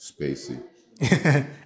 Spacey